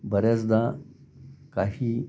बऱ्याचदा काही